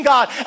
God